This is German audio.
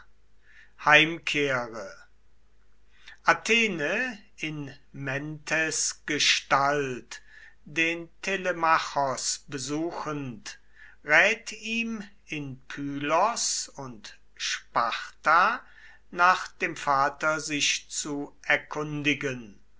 heimkehre athene in mentes gestalt den telemachos besuchend rät ihm in pylos und sparta nach dem vater sich zu erkundigen